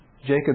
Jacob